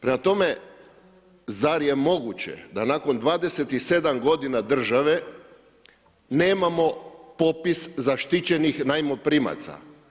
Prema tome, zar je moguće da nakon 27 godina države nemamo popis zaštićenih najmoprimaca?